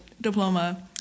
diploma